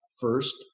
first